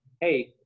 hey